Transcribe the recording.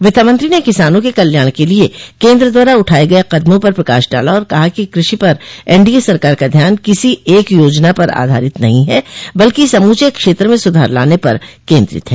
वित्तमंत्री ने किसानों के कल्याण के लिए केन्द्र द्वारा उठाये गये कदमों पर प्रकाश डाला और कहा कि कृषि पर एनडीए सरकार का ध्यान किसी एक योजना पर आधारित नहीं है बल्कि समूचे क्षेत्र में सधार लाने पर केन्द्रित है